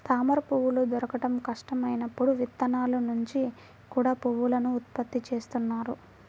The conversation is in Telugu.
తామరపువ్వులు దొరకడం కష్టం అయినప్పుడు విత్తనాల నుంచి కూడా పువ్వులను ఉత్పత్తి చేస్తున్నారు